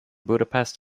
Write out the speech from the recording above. budapest